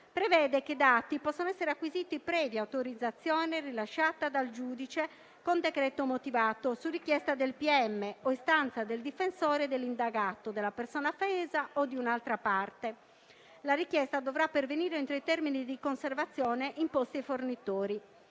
prevede che i dati possano essere acquisiti previa autorizzazione rilasciata dal giudice con decreto motivato, su richiesta del pm o istanza del difensore dell'indagato, della persona offesa o di un'altra parte. La richiesta dovrà pervenire entro i termini di conservazione imposti ai fornitori.